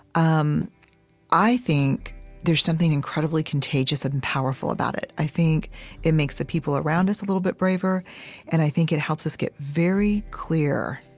um i think there's something incredibly contagious and powerful about it. i think it makes the people around us a little bit braver and i think it helps us get very clear